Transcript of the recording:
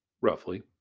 roughly